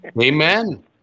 Amen